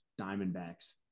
Diamondbacks